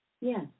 Yes